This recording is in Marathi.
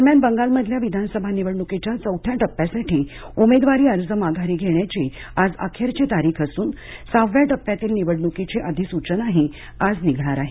दरम्यान बंगालमधल्या विधानसभा निवडणुकीच्या चौथ्या टप्प्यासाठी उमेदवारी अर्ज माघारी घेण्याची आज अखेरची तारीख असून सहाव्या टप्प्यातील निवडणुकीची अधिसूचनाही आज निघणार आहे